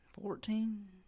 Fourteen